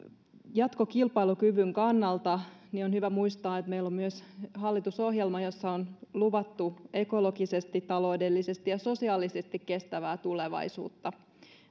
jatkokilpailukyvyn kannalta on hyvä muistaa että meillä on myös hallitusohjelma jossa on luvattu ekologisesti taloudellisesti ja sosiaalisesti kestävää tulevaisuutta